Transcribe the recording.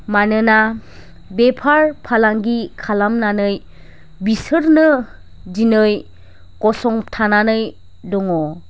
मानोना बेफार फालांगि खालामनानै बिसोरनो दिनै गसंथानानै दङ